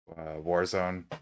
Warzone